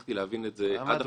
הצלחתי להבין את זה עד עכשיו.